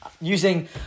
using